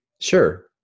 Sure